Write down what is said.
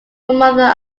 mother